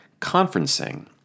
conferencing